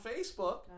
Facebook